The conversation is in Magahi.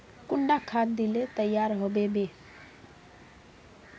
कुंडा खाद दिले तैयार होबे बे?